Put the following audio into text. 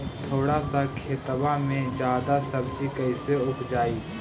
थोड़ा सा खेतबा में जादा सब्ज़ी कैसे उपजाई?